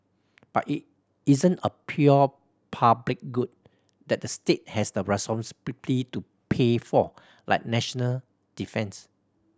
but it isn't a pure public good that the state has the to pay for like national defence